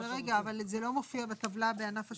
אבל רגע, אבל זה לא מופיע בטבלה בענף השמירה?